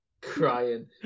crying